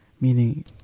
Meaning